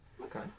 okay